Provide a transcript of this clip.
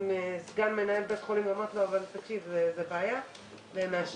סגן מנהל בית החולים ואמרתי לו שזו בעיה והם מאשרים.